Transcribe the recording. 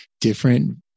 different